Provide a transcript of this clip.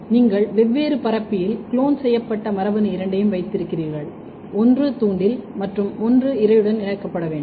நீங்கள் வெவ்வேறு பரப்பியில் குளோன் செய்யப்பட்ட மரபணு இரண்டையும் வைத்திருக்கிறீர்கள் ஒன்று தூண்டில் மற்றும் ஒன்று இரையுடன் இணைக்கப்பட வேண்டும்